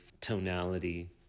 tonality